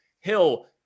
Hill